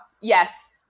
Yes